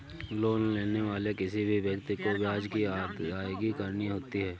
loan लेने वाले किसी भी व्यक्ति को ब्याज की अदायगी करनी होती है